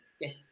Yes